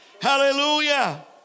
Hallelujah